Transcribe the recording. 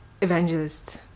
evangelist